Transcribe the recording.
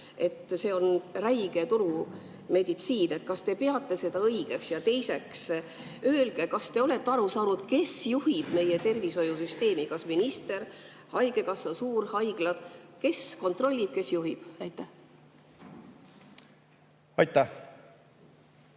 See on räige turumeditsiin. Kas te peate seda õigeks? Ja teiseks öelge, kas te olete aru saanud, kes juhib meie tervishoiusüsteemi. Kas minister, haigekassa või suurhaiglad? Kes kontrollib, kes juhib? Suur